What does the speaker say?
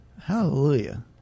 Hallelujah